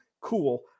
cool